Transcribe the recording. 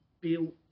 built